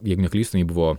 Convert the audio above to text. jeigu neklystu jinai buvo